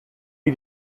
wie